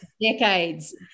decades